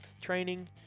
training